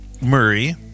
Murray